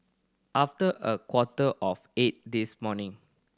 after a quarter of eight this morning